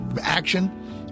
action